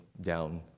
down